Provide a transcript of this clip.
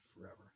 forever